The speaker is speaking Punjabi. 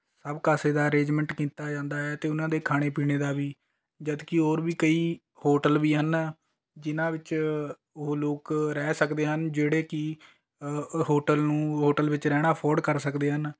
ਸਭ ਕਾਸੇ ਦਾ ਅਰੇਂਜਮੈਂਟ ਕੀਤਾ ਜਾਂਦਾ ਹੈ ਅਤੇ ਉਹਨਾਂ ਦੇ ਖਾਣ ਪੀਣ ਦਾ ਵੀ ਜਦੋਂ ਕਿ ਹੋਰ ਵੀ ਕਈ ਹੋਟਲ ਵੀ ਹਨ ਜਿਨ੍ਹਾਂ ਵਿੱਚ ਉਹ ਲੋਕ ਰਹਿ ਸਕਦੇ ਹਨ ਜਿਹੜੇ ਕਿ ਹੋਟਲ ਨੂੰ ਹੋਟਲ ਵਿੱਚ ਰਹਿਣਾ ਅਫੋਰਡ ਕਰ ਸਕਦੇ ਹਨ